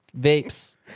Vapes